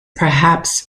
perhaps